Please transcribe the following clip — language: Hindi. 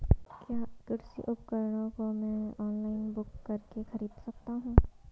क्या कृषि उपकरणों को मैं ऑनलाइन बुक करके खरीद सकता हूँ?